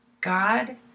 God